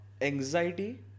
anxiety